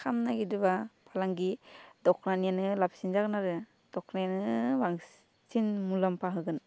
खालामनो नागिरदोंबा फालांगि दख'नानियानो लाबसिन जागोन आरो दख'नायानो बांसिन मुलाम्फा होगोन